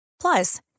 Plus